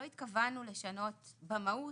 לא התכוונו לשנות במהות